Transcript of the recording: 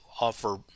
offer